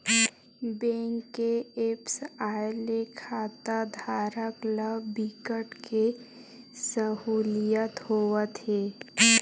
bank के apps आए ले खाताधारक ल बिकट के सहूलियत होवत हे